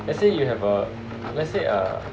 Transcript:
let's say you have uh let's say uh